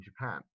Japan